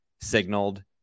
signaled